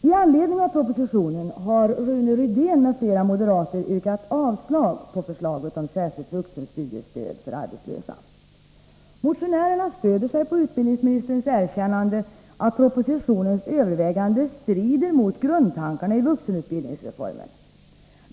I anledning av denna proposition har Rune Rydén m.fl. moderater yrkat avslag på förslaget om särskilt vuxenstudiestöd för arbetslösa. Motionärerna stödjer sig på utbildningsministerns erkännande att propositionens överväganden strider mot grundtankarna i vuxenutbildningsreformen.